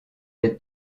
des